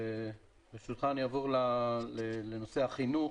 ברשותך, אני אעבור לנושא החינוך.